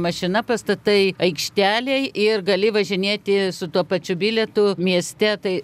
mašina pastatai aikštelėj ir gali važinėti su tuo pačiu bilietu mieste tai